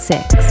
Six